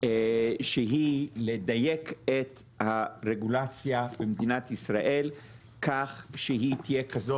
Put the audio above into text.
שהיא לדייר את הרגולציה במדינת ישראל כך שהיא תהיה זאת